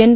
N